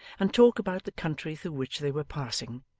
and talked about the country through which they were passing,